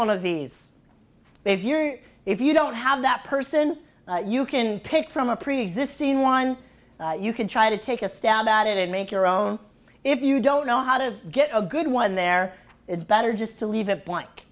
one of these if you're if you don't have that person you can pick from a preexisting one you could try to take a stab at it and make your own if you don't know how to get a good one there it's better just to leave a blank